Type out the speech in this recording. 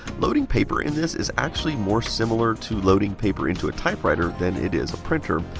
loading paper in this is actually more similar to loading paper into a typewriter than it is a printer.